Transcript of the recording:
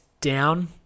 down